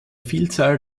vielzahl